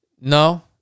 No